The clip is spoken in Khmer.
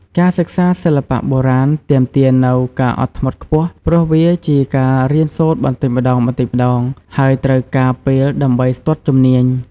ការសិក្សាសិល្បៈបុរាណទាមទារនូវ ការអត់ធ្មត់ខ្ពស់ ព្រោះវាជាការរៀនសូត្របន្តិចម្ដងៗ ហើយត្រូវការពេលដើម្បីស្ទាត់ជំនាញ។